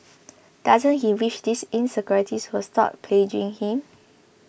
doesn't he wish these insecurities would stop plaguing him